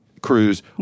Cruz